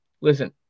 listen